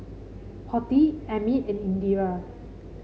Potti Amit and Indira